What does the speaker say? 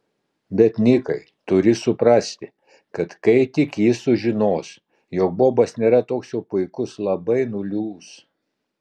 bet nikai turi suprasti kad kai tik ji sužinos jog bobas nėra toks jau puikus labai nuliūs